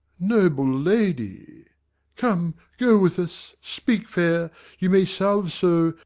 noble lady come, go with us speak fair you may salve so,